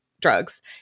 Drugs